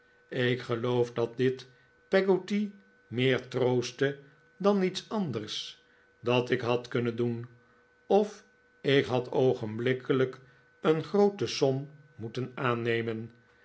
ik geloof dat dit peggotty meer troostte dan iets anders dat ik had kunnen doen of ik had oogenblikkelijk een groote som moeten aannemem